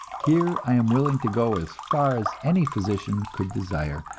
here i am willing to go as far as any physician could desire,